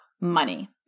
money